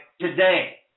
today